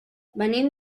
venim